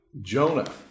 Jonah